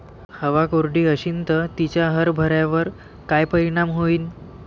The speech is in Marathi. हवा कोरडी अशीन त तिचा हरभऱ्यावर काय परिणाम होईन?